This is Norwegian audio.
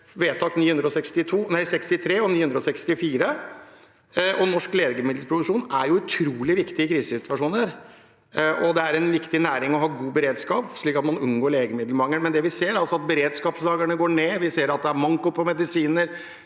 vedtakene 963 og 964. Norsk legemiddelproduksjon er utrolig viktig i krisesituasjoner, og det er en viktig næring å ha god beredskap i, slik at man unngår legemiddelmangel. Det vi ser, er altså at beredskapslagrene går ned, vi ser at det er manko på medisiner,